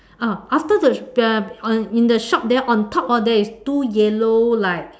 uh after the uh on in the shop there on top of there is two yellow like